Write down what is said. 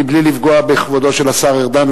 מבלי לפגוע בכבודו של השר ארדן,